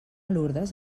lurdes